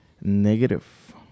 Negative